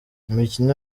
imikino